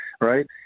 right